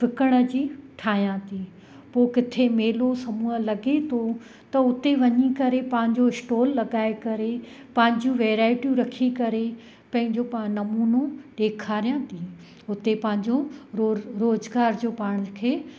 विकिणण जी ठा्यांहि थी पोइ किथे मेलो समूह लॻे थो त उते वञी करे पंहिंजो स्टोल लॻाए करे पंहिंजियूं वैराइटियूं रखी करे पंहिंजो पा नमूनो ॾेखारियां थी हुते पंहिंजो रो रोज़गार जो पाण खे